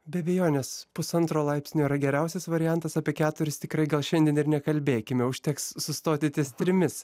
be abejonės pusantro laipsnio yra geriausias variantas apie keturis tikrai gal šiandien ir nekalbėkime užteks sustoti ties trimis